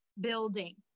building